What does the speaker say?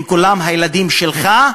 אם כולם הילדים שלך,